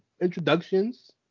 introductions